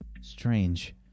strange